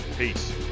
Peace